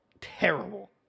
Terrible